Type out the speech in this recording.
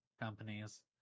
companies